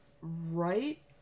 right